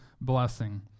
blessing